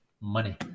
Money